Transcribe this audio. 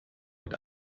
mit